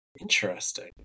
Interesting